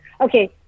Okay